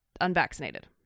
unvaccinated